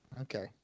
okay